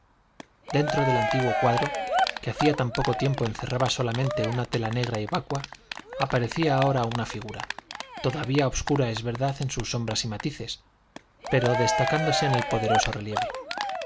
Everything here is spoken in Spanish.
dentro del antiguo cuadro que hacía tan poco tiempo encerraba solamente una tela negra y vacua aparecía ahora una figura todavía obscura es verdad en sus sombras y matices pero destacándose en poderoso relieve